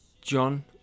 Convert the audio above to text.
John